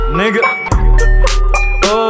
nigga